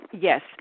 Yes